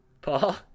Paul